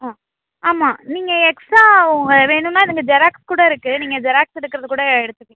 ஆ ஆமாம் நீங்கள் எக்ஸ்ட்ரா ஒ வேணுமென்னா இதில் ஜெராக்ஸ் கூட இருக்குது நீங்கள் ஜெராக்ஸ் எடுக்கிறது கூட எடுத்துக்கலாம்